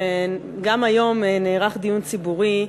שגם היום נערך דיון ציבורי,